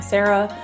Sarah